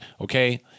Okay